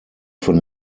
von